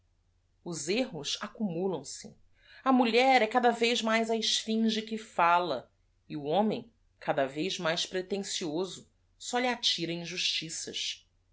s erros acumulam se a u l h e r é cada vez mais a sphinge que fala e o homem cada vez mais pretencioso só lhe